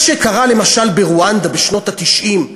מה שקרה למשל ברואנדה בשנות ה-90,